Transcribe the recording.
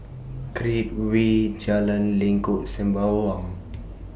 Create Way Jalan Lengkok Sembawang